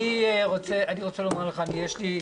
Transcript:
אני רוצה לומר לך, אני יש לי,